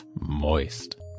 moist